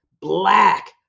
black